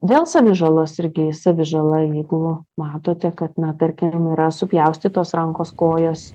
dėl savitžalos irgi savižala jeigu matote kad na tarkim yra supjaustytos rankos kojos